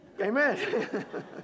Amen